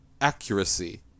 accuracy